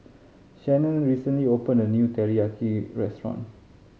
Shannen recently opened a new Teriyaki Restaurant